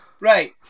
Right